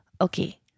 Okay